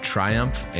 Triumph